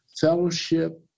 fellowship